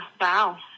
Wow